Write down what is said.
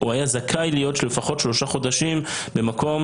הוא היה זכאי להיות לפחות שלושה חודשים במקום,